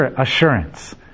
assurance